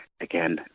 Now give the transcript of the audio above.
again